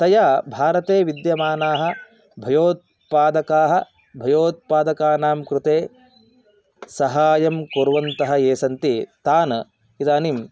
तया भारते विद्यमानाः भयोत्पादकाः भयोत्पादकानां कृते सहाय्यं कुर्वन्तः ये सन्ति तान् इदानीम्